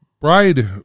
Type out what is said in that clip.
bride